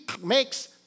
makes